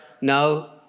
No